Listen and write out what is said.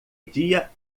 dia